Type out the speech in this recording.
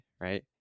right